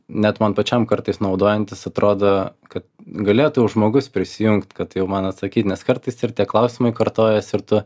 net man pačiam kartais naudojantis atrodo kad galėtų jau žmogus prisijungt kad jau man atsakyti nes kartais ir tie klausimai kartojasi ir tu